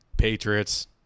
patriots